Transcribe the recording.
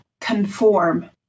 conform